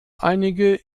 einige